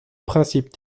principes